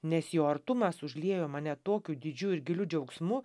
nes jo artumas užliejo mane tokiu didžiu ir giliu džiaugsmu